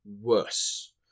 worse